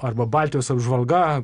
arba baltijos apžvalga